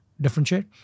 differentiate